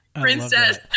princess